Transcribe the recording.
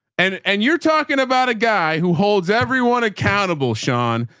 and and you're talking about a guy who holds everyone accountable, sean,